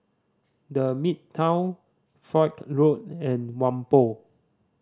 The Midtown Foch Road and Whampoa